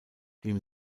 dem